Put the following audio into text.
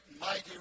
mighty